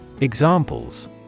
Examples